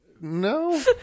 No